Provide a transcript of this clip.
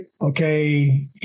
okay